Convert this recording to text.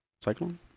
cyclone